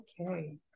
Okay